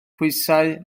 phwysau